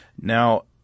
now